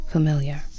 Familiar